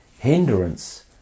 Hindrance